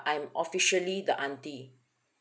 I'm officially the aunty